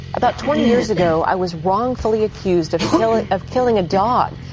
about twenty years ago, i was wrongfully accused of killing of killing a dog.